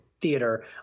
theater